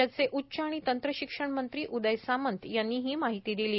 राज्याचे उच्च आणि तंत्रशिक्षण मंत्री उदय सामंत यांनी ही माहिती दिली आहे